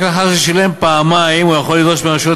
רק לאחר ששילם פעמיים הוא יכול לדרוש מרשויות